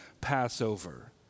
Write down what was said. Passover